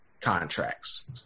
contracts